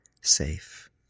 safe